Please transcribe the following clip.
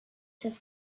have